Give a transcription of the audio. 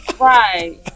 Right